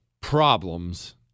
problems